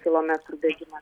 kilometrų bėgimas